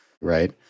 right